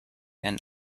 and